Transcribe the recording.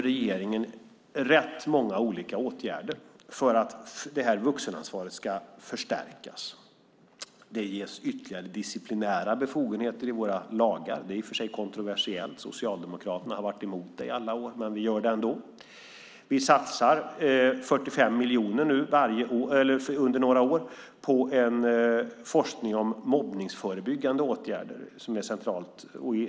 Regeringen vidtar rätt många åtgärder för att det här vuxenansvaret ska förstärkas. Det ges ytterligare disciplinära befogenheter i våra lagar. Det är i och för sig kontroversiellt. Socialdemokraterna har varit emot det i alla år, men vi gör det ändå. Vi satsar 45 miljoner under några år på forskning om mobbningsförebyggande åtgärder. Det är centralt.